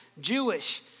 Jewish